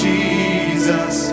Jesus